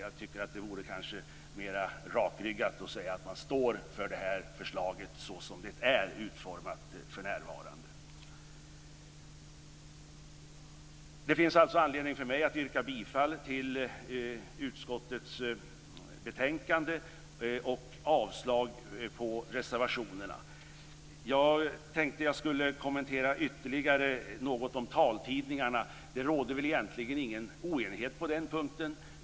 Jag tycker att det kanske vore mer rakryggat att säga att man står för förslaget så som det för närvarande är utformat. Det finns alltså anledning för mig att yrka bifall till hemställan i utskottets betänkande och avslag på reservationerna. Jag tänkte att jag ytterligare skulle kommentera taltidningarna. Det råder väl egentligen ingen oenighet på den punkten.